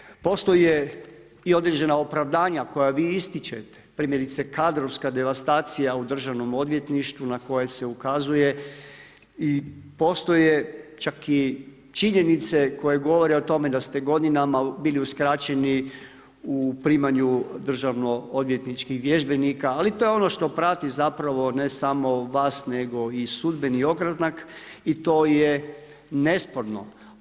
Naravno, postoje i određena opravdanja koja vi ističete, primjerice kadrovska devastacija u državnom odvjetništvu na koje se ukazuje i postoje čak i činjenice koje govore o tome da ste godinama bili uskraćeni u primanju državno odvjetničkih vježbenika, ali to je ono što prati ne samo vas nego i sudbeni ogranak i to je nesporno.